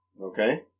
Okay